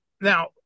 now